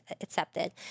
accepted